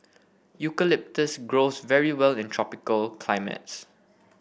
eucalyptus grows very well in tropical climates